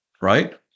Right